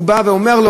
הוא בא ואומר לו,